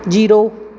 zero